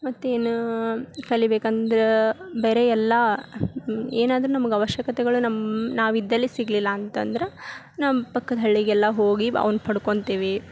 ಮತ್ತು ಇನ್ನು ಕಲಿಬೇಕಂದ್ರೆ ಬೇರೆ ಎಲ್ಲ ಏನಾದರೂಅವಶ್ಯಕತೆಗಳು ನಮ್ ನಾವಿದ್ದಲ್ಲಿ ಸಿಗ್ಲಿಲ್ಲ ಅಂತಂದ್ರ ನಮ್ ಪಕ್ಕದ ಹಳ್ಳಿಗೆಲ್ಲ ಹೋಗಿ ಅವನ್ ಪಡ್ಕೊಂತ್ತೆವಿ